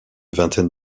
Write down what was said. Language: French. vingtaine